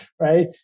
right